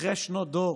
אחרי שנות דור,